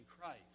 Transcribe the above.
Christ